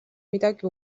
midagi